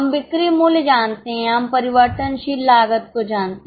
हम बिक्री मूल्य जानते हैं हम परिवर्तनशील लागत को जानते हैं